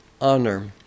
honor